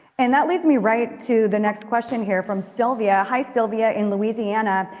and that leads me right to the next question here from sylvia, hi sylvia, in louisiana.